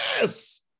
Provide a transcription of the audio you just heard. yes